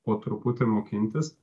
po truputį mokintis